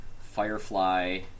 Firefly